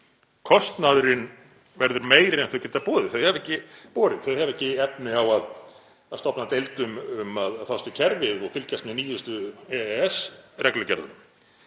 Kostnaðurinn verður meiri en þau geta borið. Þau hafa ekki efni á að stofna deild um að fást við kerfið og fylgjast með nýjustu EES-reglugerðunum.